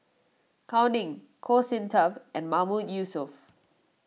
Gao Ning Goh Sin Tub and Mahmood Yusof